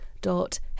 dot